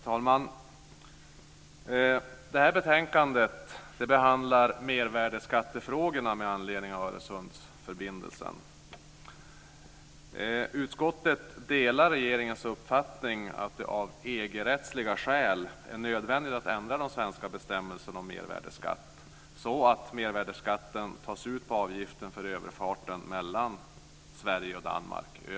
Herr talman! Det här betänkandet behandlar mervärdesskattefrågorna med anledning av Öresundsförbindelsen. Utskottet delar regeringens uppfattning att det av EG-rättsliga skäl är nödvändigt att ändra de svenska bestämmelserna om mervärdesskatt så att mervärdesskatten tas ut på avgiften för överfarten över Öresund mellan Sverige och Danmark.